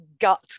gut